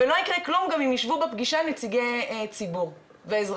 ולא יקרה כלום גם אם ישבו בפגישה נציגי ציבור ואזרחים.